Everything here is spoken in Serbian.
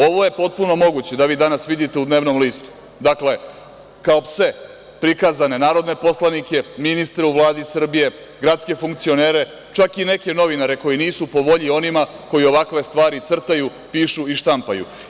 Ovo je potpuno moguće da vi danas vidite u dnevnom listu, dakle, kao pse prikazane narodne poslanike, ministre u Vladi Srbije, gradske funkcionere, čak i neke novinare koji nisu po volji onima koji ovakve stvari crtaju, pišu i štampaju.